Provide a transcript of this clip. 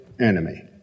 Enemy